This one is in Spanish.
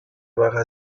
baja